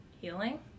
healing